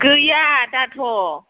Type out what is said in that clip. गैया दाथ'